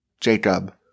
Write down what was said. Jacob